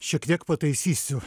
šiek tiek pataisysiu